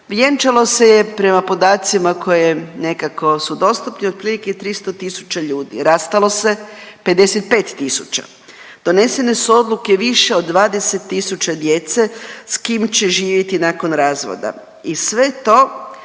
vjenčalo se je prema podacima koje nekako su dostupni, otprilike 300 tisuća ljudi, rastalo se 55 tisuća, donesene su odluke više od 20 tisuća djece s kim će živjeti nakon razvoda i sve to